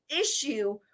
issue